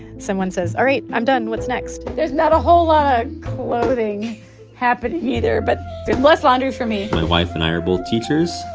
someone says all right. i'm done. what's next? there's not a whole lot clothing happening either, but there's less laundry for me my wife and i are both teachers,